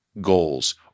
goals